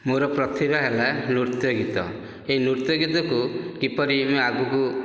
ମୋର ପ୍ରତିଭା ହେଲା ନୃତ୍ୟଗୀତ ଏହି ନୃତ୍ୟଗୀତକୁ କିପରି ମୁଁ ଆଗକୁ